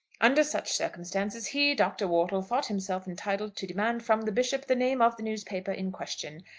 under such circumstances he, dr. wortle, thought himself entitled to demand from the bishop the name of the newspaper in question,